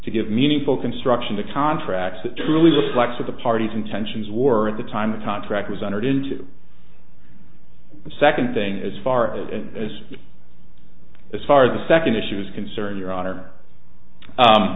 to give meaningful construction to contracts that truly reflects what the party's intentions were at the time the time track was entered into the second thing as far as as far as the second issue is concerned your honor